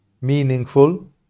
meaningful